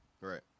Right